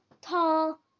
tall